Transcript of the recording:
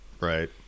Right